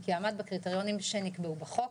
וכי עמד בקריטריונים שנקבעו בחוק,